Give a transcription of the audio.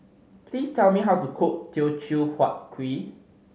please tell me how to cook Teochew Huat Kuih